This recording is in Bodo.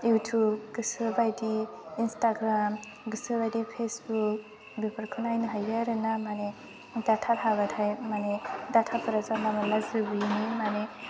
युटुब गोसो बायदि इन्सटाग्राम गोसो बायदि फेसबुक बेफोरखौ नायनो हायो आरोना माने डाटा थाबाथाय माने डाटाफोरा जानला मानला जोबैनि माने